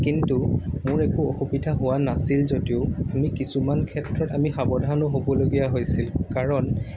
কিন্তু মোৰ একো অসুবিধা হোৱা নাছিল যদিওঁ কিন্তু কিছুমান ক্ষেত্ৰত আমি সাৱধান হ'বলগীয়া হৈছিল কাৰণ